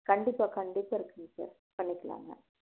கண்டிப்பாக கண்டிப்பாக இருக்குங்க சார் பண்ணிக்கலாங்க